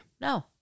No